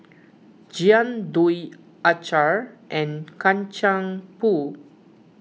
Jian Dui Acar and Kacang Pool